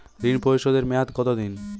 ঋণ পরিশোধের মেয়াদ কত দিন?